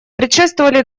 предшествовали